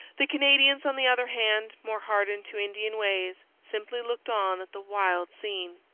the canadians, on the other hand, more hardened to indian ways, simply looked on at the wild scene.